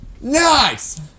Nice